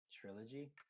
trilogy